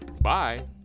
bye